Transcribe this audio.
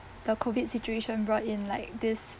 the COVID situation brought in like this